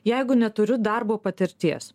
jeigu neturiu darbo patirties